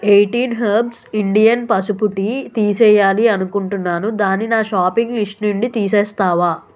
eighteen herbs Indian పసుపు tea తీసేయాలి అనుకుంటున్నాను దాన్ని నా షాపింగ్ లిస్టు నుండి తీసేస్తావా